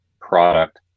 Product